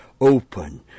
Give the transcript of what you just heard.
open